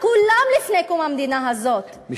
כולם לפני קום המדינה הזאת,